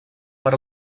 per